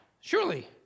Surely